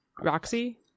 Roxy